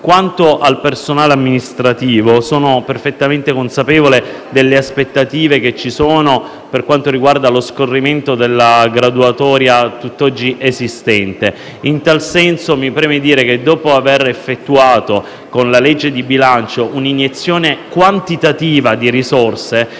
Quanto al personale amministrativo, sono perfettamente consapevole delle aspettative che ci sono per quanto riguarda lo scorrimento della graduatoria a tutt'oggi esistente. In tal senso, mi preme dire che, dopo aver effettuato con la legge di bilancio un'iniezione quantitativa di risorse,